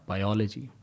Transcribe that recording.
Biology